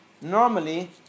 Normally